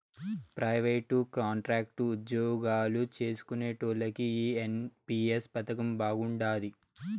private, contract ఉజ్జోగాలు చేస్కునేటోల్లకి ఈ ఎన్.పి.ఎస్ పదకం బాగుండాది